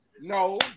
No